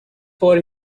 for